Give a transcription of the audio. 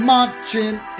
Marching